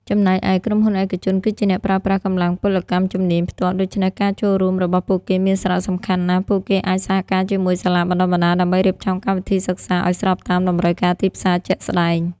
ចំណែកឯ ក្រុមហ៊ុនឯកជនគឺជាអ្នកប្រើប្រាស់កម្លាំងពលកម្មជំនាញផ្ទាល់ ដូច្នេះការចូលរួមរបស់ពួកគេមានសារៈសំខាន់ណាស់ ពួកគេអាចសហការជាមួយសាលាបណ្តុះបណ្តាលដើម្បីរៀបចំកម្មវិធីសិក្សាឱ្យស្របតាមតម្រូវការទីផ្សារជាក់ស្តែង។